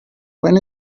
when